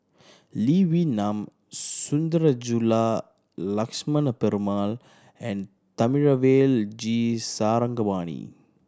Lee Wee Nam Sundarajulu Lakshmana Perumal and Thamizhavel G Sarangapani